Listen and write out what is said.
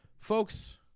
Folks